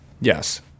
Yes